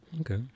Okay